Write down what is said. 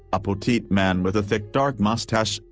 a petite man with a thick dark mustache,